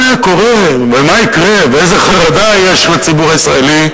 מה קורה ומה יקרה ואיזו חרדה יש לציבור הישראלי,